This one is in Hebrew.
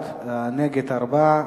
1, נגד, 4,